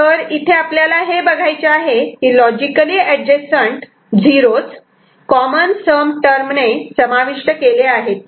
तर इथे आपल्याला हे बघायचे आहे की logically adjacent 0's common sum टर्मणे समाविष्ट केले आहेत की नाही